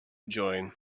join